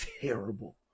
terrible